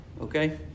Okay